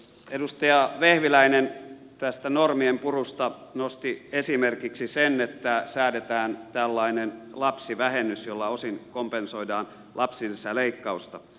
edustaja vehviläinen tästä normienpurusta nosti esimerkiksi sen että säädetään tällainen lapsivähennys jolla osin kompensoidaan lapsilisäleikkausta